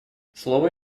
слово